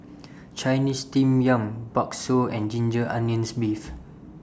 Chinese Steamed Yam Bakso and Ginger Onions Beef